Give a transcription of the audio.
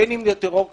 בין אם זה טרור כלכלי,